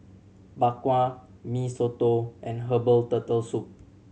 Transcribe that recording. Bak Kwa Mee Soto and herbal Turtle Soup